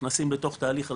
נכנסים בתוך תהליך אלטרנטיבי,